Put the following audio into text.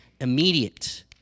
immediate